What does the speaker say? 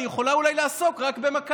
היא יכולה אולי לעסוק רק במכבי.